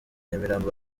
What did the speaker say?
nyamirambo